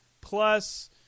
Plus